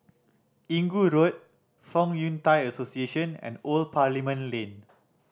Inggu Road Fong Yun Thai Association and Old Parliament Lane